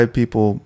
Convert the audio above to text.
people